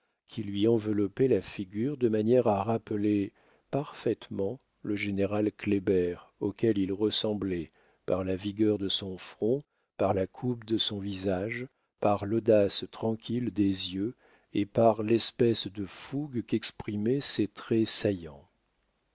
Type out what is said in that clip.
qui lui enveloppait la figure de manière à rappeler parfaitement le général kléber auquel il ressemblait par la vigueur de son front par la coupe de son visage par l'audace tranquille des yeux et par l'espèce de fougue qu'exprimaient ses traits saillants